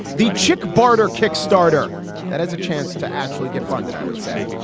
the chick baader kickstarter that has a chance to actually get funded i would say.